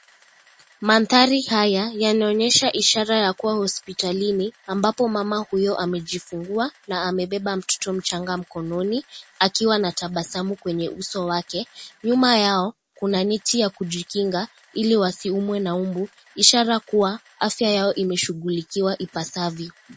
Mandhari haya yanaonyesha ishara ya kuwa hospitalini ambapo mama huyo amejifungua, na amebeba mtoto mchanga mkononi akiwa na tabasamu kwenye uso wake. Nyuma yao, kuna neti ya kujikinga ili wasiumwe na mbu ishara kuwa afya yao imeshughulikiwa ipasavyo.